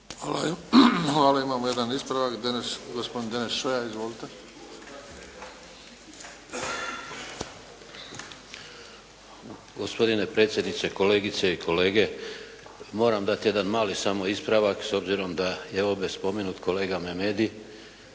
Hvala. Imamo jedan ispravak gospodin Deneš Šoja. Izvolite. **Šoja, Deneš (Nezavisni)** Gospodine predsjedniče, kolegice i kolege. Moram dati jedan mali samo ispravak s obzirom da je ovdje spomenut kolega Memedi